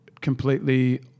completely